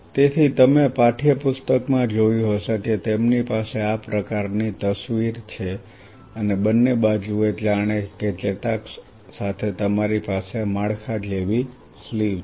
તેથી તમે પાઠ્યપુસ્તકમાં જોયું હશે કે તેમની પાસે આ પ્રકારની તસવીર છે અને બંને બાજુઓ જાણે કે ચેતાક્ષ સાથે તમારી પાસે માળખા જેવી સ્લીવ છે